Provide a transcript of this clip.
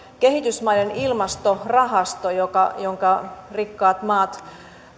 kehitysmaiden ilmastorahasto jonka rikkaat maat